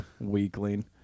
Weakling